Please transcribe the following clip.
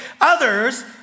others